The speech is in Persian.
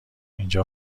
اینجا